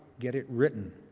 get it written.